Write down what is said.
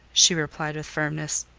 she replied with firmness,